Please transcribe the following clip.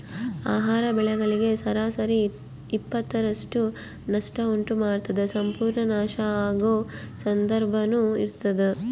ಆಹಾರ ಬೆಳೆಗಳಿಗೆ ಸರಾಸರಿ ಇಪ್ಪತ್ತರಷ್ಟು ನಷ್ಟ ಉಂಟು ಮಾಡ್ತದ ಸಂಪೂರ್ಣ ನಾಶ ಆಗೊ ಸಂದರ್ಭನೂ ಇರ್ತದ